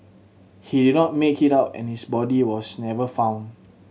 he did not make it out and his body was never found